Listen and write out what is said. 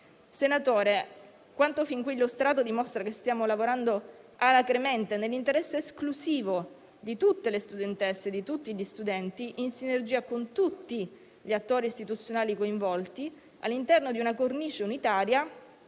Senatore, quanto fin qui illustrato dimostra che stiamo lavorando alacremente nell'interesse esclusivo di tutte le studentesse e di tutti gli studenti, in sinergia con tutti gli attori istituzionali coinvolti all'interno di una cornice unitaria